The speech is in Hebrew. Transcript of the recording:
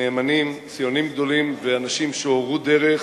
נאמנים, ציונים גדולים ואנשים שהורו דרך,